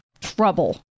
trouble